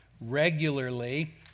regularly